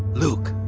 look.